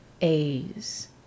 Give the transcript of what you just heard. A's